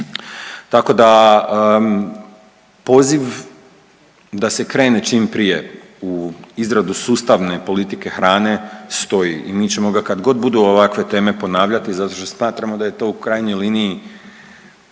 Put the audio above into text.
Tako da poziv da se krene čim prije u izradu sustavne politike hrane stoji i mi ćemo ga kad god budu ovakve teme ponavljati zato što smatramo da je to u krajnjoj liniji,